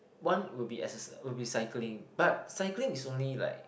one will be exer~ will be cycling but cycling is only like